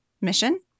mission